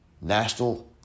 national